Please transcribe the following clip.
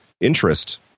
interest